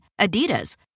Adidas